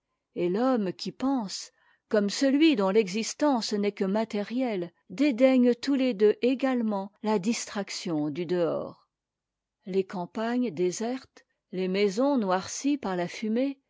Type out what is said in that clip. et l'homme qui pense comme celui dont l'existence n'est que matérieite dédaignent tous les deux également la distraction du dehors les campagnes désertes les maisons noircies par la fumée